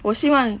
我希望